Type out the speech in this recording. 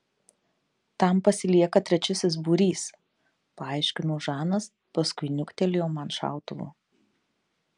tam pasilieka trečiasis būrys paaiškino žanas paskui niuktelėjo man šautuvu